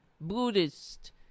Buddhist